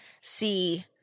see